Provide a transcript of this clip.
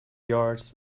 yards